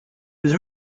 was